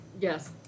Yes